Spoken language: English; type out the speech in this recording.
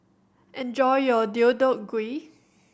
enjoy your Deodeok Gui